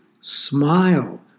smile